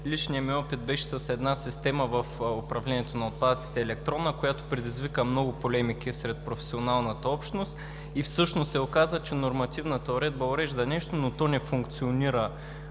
личният ми опит беше с една електронна система в управлението на отпадъците, която предизвика много полемики сред професионалната общност и всъщност се оказа, че нормативната уредба урежда нещо, но то не функционира